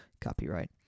copyright